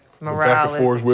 Morale